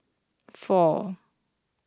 four